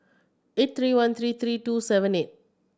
eight three one three three two seven eight